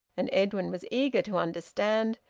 and edwin was eager to understand,